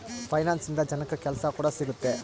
finance ಇಂದ ಜನಕ್ಕಾ ಕೆಲ್ಸ ಕೂಡ ಸಿಗುತ್ತೆ